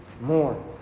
More